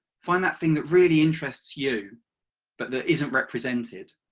find that thing that really interests you but that isn't represented